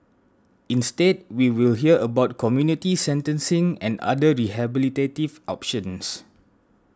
instead we will hear about community sentencing and other rehabilitative options